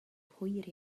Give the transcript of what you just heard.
hwyr